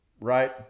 right